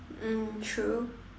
mm true